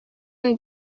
and